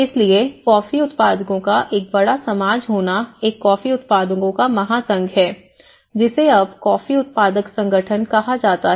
इसलिए कॉफी उत्पादकों का एक बड़ा समाज होना एक कॉफी उत्पादकों का महासंघ है जिसे अब कॉफी उत्पादक संगठन कहा जाता है